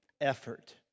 effort